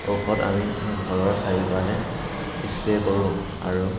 ঔষধ আমি ঘৰৰ চাৰিওফালে স্প্ৰে' কৰোঁ আৰু